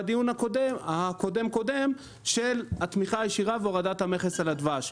בדיון הקודם קודם של התמיכה הישירה והורדת המכס על הדבר.